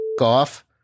off